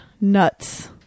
nuts